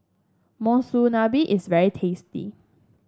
monsunabe is very tasty